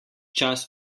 čas